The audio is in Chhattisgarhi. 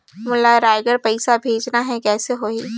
मोला रायगढ़ पइसा भेजना हैं, कइसे होही?